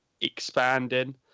expanding